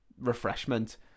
refreshment